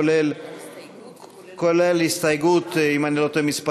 כולל הסתייגות מס'